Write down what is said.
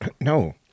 No